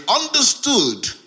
understood